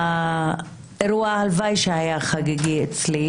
היה אירוע שהלוואי שהיה חגיגי אצלי,